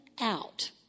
out